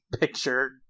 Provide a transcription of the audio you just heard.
picture